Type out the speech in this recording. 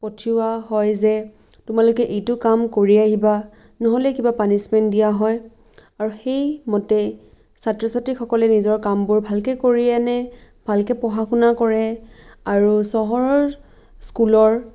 পঠিওৱা হয় যে তোমালোকে ইটো কাম কৰি আহিবা নহ'লে কিবা পানিছ্মেণ্ট দিয়া হয় আৰু সেই মতে ছাত্ৰ ছাত্ৰীসকলে নিজৰ কামবোৰ ভালকে কৰি আনে ভালকে পঢ়া শুনা কৰে আৰু চহৰৰ স্কুলৰ